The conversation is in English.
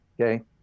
Okay